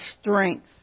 strength